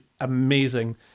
amazing